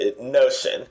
notion